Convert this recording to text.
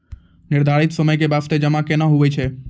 निर्धारित समय के बास्ते जमा केना होय छै?